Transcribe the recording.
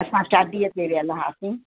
असां शादीअ ते वियल हुआसीं